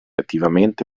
attivamente